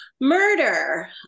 murder